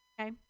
okay